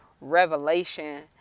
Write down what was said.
revelation